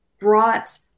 brought